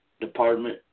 department